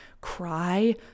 cry